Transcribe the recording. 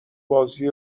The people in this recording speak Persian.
بازی